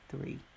three